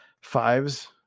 fives